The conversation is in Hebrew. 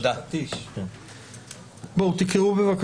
בוקר טוב.